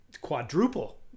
quadruple